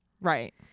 right